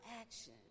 action